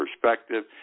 perspective